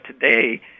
today